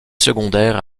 secondaires